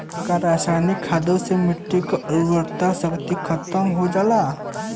का रसायनिक खादों से माटी क उर्वरा शक्ति खतम हो जाला?